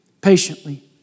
patiently